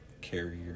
carrier